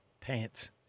pants